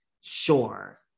Sure